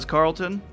Carlton